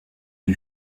lui